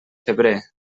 febrer